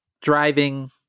driving